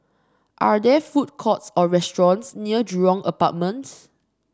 are there food courts or restaurants near Jurong Apartments